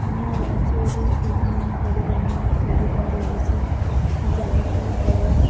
ଆମ ରାଜ୍ୟରେ ବିଭିନ୍ନ ପରିବହନ ସୁବିଧା ରହିଛି ଯାହାକି ବସ୍